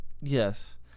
Yes